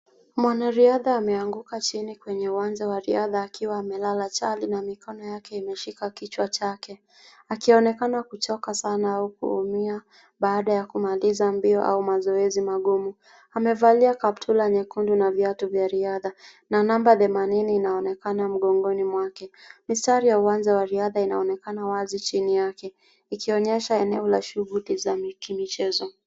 Mwanariadha ameanguka chini kwenye uwanja wa riadha akiwa amelala chali na mikono yake imeshika kichwa chake, akionekana kuchoka sana au kuumia baada ya kumaliza mbio au mazoezi magumu. Amevalia kaptura nyekundu na viatu vya riadha na namba themanini linaonekana mgongoni mwake. Mistari ya uwanja unaonekana wazi chini yake ikionyesha eneo la shughuli za kimichezo.